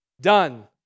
Done